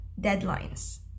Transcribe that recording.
deadlines